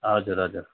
हजुर हजुर